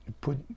Put